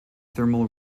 thermal